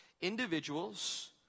individuals